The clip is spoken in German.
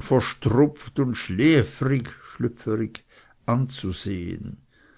verstrupft und schliefrig anzusehen